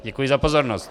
Děkuji za pozornost.